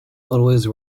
always